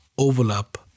overlap